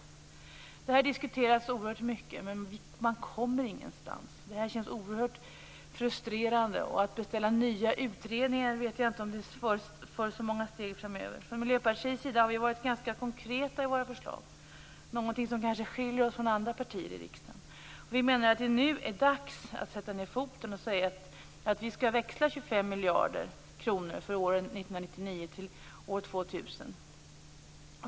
Detta har diskuterats oerhört mycket, men man kommer ingenstans. Detta känns oerhört frustrerande. Jag vet inte om det för så många steg framåt att beställa nya utredningar. Vi i Miljöpartiet har varit ganska konkreta i våra förslag, något som kanske skiljer oss från andra partier i riksdagen. Vi menar att det nu är dags att sätta ned foten och säga att vi skall växla 25 miljarder kronor för åren 1999-2000.